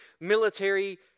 military